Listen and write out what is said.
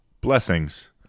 blessings